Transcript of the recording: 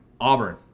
Auburn